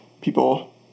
people